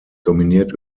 dominiert